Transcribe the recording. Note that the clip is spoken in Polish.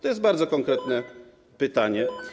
To jest bardzo konkretne pytanie.